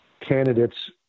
candidates